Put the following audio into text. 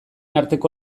arteko